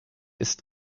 ist